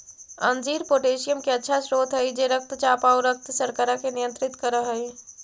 अंजीर पोटेशियम के अच्छा स्रोत हई जे रक्तचाप आउ रक्त शर्करा के नियंत्रित कर हई